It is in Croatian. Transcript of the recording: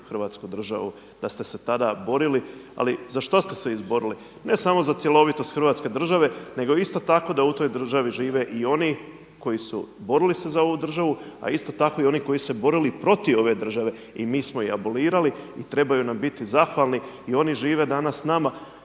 Hrvatsku državu, da ste se tada borili. Ali za što ste se izborili? Ne samo za cjelovitost Hrvatske države, nego isto tako da u toj državi žive i oni koji su borili se za ovu državu a isto tako i oni koji su borili protiv ove države, i mi smo ih abolirali i trebaju nam biti zahvalni i oni žive danas s nama.